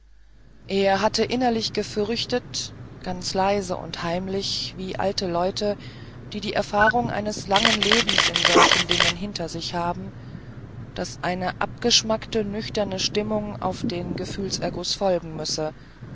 er hatte innerlich gefürchtet ganz leise und heimlich wie alte leute die die erfahrung eines langen lebens in solchen dingen hinter sich haben daß eine abgeschmackte nüchterne stimmung auf den gefühlserguß folgen müsse